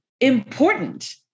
important